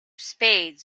spades